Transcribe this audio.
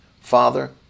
Father